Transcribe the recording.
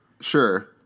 Sure